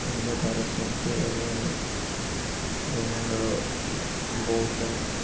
ଅନ୍ଧକାର ଶକ୍ତି ଏବଂ ବ୍ରହ୍ମାଣ୍ଡର ବହୁତ